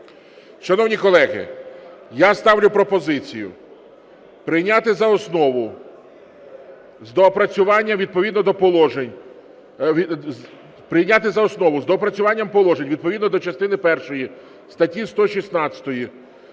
Шановні колеги, я ставлю пропозицію прийняти за основу з доопрацюванням положень відповідно до частини першої статті 116